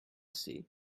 see